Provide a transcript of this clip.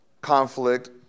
conflict